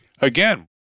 again